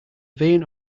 vane